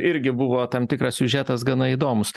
irgi buvo tam tikras siužetas gana įdomus